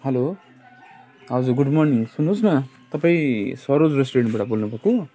hello हजुर good morning सुन्नु होस् न तपाईँ सरोज रेस्टुरेन्टबाट बोल्नु भएको हो